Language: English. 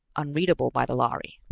unreadable by the lhari.